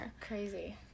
Crazy